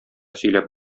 сөйләп